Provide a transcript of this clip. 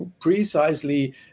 precisely